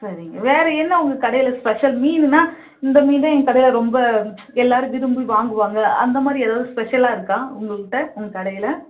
சரிங்க வேறு என்ன உங்கள் கடையில் ஸ்பெஷல் மீனுன்னால் இந்த மீன் தான் எங்கள் கடையில் ரொம்ப எல்லோரும் விரும்பி வாங்குவாங்க அந்த மாதிரி ஏதாவது ஸ்பெஷலாக இருக்கா உங்கள் கிட்டே உங்கள் கடையில்